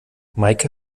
meike